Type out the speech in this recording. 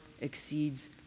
exceeds